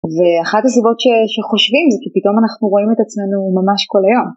ואחת הסיבות שחושבים זה כי פתאום אנחנו רואים את עצמנו ממש כל היום.